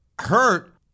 hurt